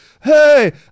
Hey